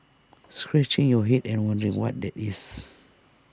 scratching your Head and wondering what that is